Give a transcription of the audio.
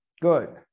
Good